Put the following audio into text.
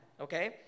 okay